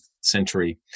century